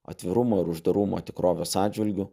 atvirumo ir uždarumo tikrovės atžvilgiu